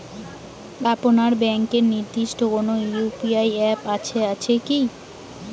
আপনার ব্যাংকের নির্দিষ্ট কোনো ইউ.পি.আই অ্যাপ আছে আছে কি?